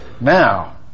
Now